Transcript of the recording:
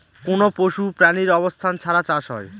কোনো পশু প্রাণীর অবস্থান ছাড়া চাষ হয়